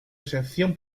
excepción